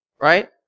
right